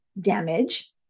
damage